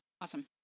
awesome